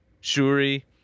Shuri